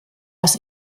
was